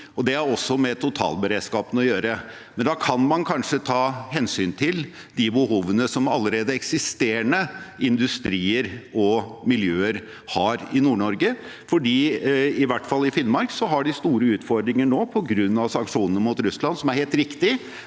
det har også med totalberedskapen å gjøre, men da kan man kanskje ta hensyn til de behovene som allerede eksisterende industrier og miljøer har i Nord-Norge. I hvert fall i Finnmark har de store utfordringer nå på grunn av sanksjonene mot Russland, som er helt riktige,